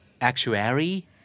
Actuary